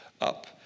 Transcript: up